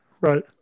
Right